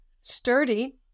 sturdy